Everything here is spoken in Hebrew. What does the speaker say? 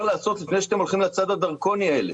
לעשות לפני שאתם הולכים לצעד הדרקוני הזה.